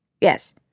Yes